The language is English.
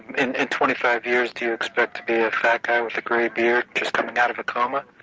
in in twenty five years, do you expect to be a fat guy with a gray beard, just coming out of a coma?